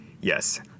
Yes